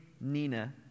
Nina